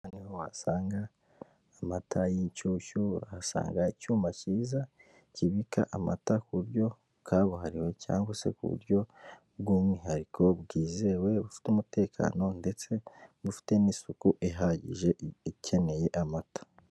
Aha ni ho wasanga amata y'inshyushyu, uhasanga icyuma cyiza kibika amata ku buryo kabuhariwe cyangwa se ku buryo bw'umwihariko bwizewe, bufite umutekano ndetse bufite n'isuku ihagije ikeneye amata.